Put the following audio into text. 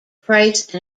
price